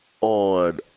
on